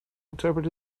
interpret